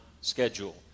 schedule